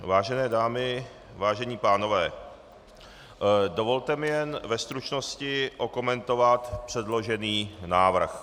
Vážené dámy, vážení pánové, dovolte mi jen ve stručnosti okomentovat předložený návrh.